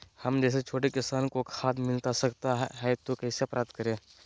हम जैसे छोटे किसान को खाद मिलता सकता है तो कैसे प्राप्त करें?